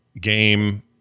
game